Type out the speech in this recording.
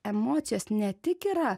emocijos ne tik yra